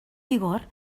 vigor